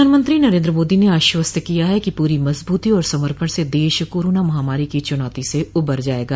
प्रधानमंत्री नरेन्द्र मोदी ने आश्वस्त किया है कि पूरी मजबूती और समर्पण से देश कोरोना महामारी को चुनौती से उबर जाएगा